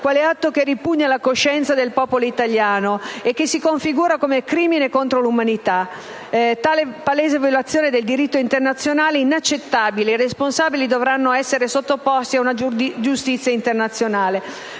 quale atto che ripugna la coscienza del popolo italiano e che si configura come crimine contro l'umanità. Tale palese violazione del diritto internazionale è inaccettabile ed i responsabili dovranno essere sottoposti alla giustizia internazionale».